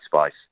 space